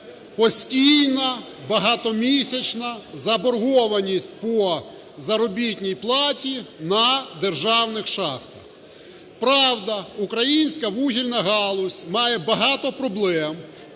постійна багатомісячна заборгованість по заробітній плані на державних шахтах. Правда, українська вугільна галузь має багато проблем,